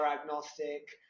agnostic